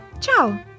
Ciao